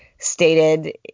stated